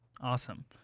Awesome